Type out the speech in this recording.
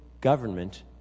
government